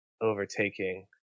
overtaking